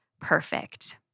perfect